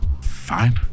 Fine